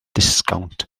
disgownt